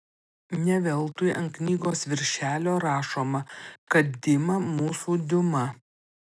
ne veltui ant knygos virželio rašoma kad dima mūsų diuma